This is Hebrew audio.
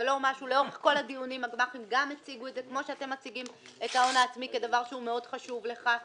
כמו שאתם מציגים את ההון העצמי כדבר שהוא מאוד חשוב לכם,